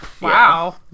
Wow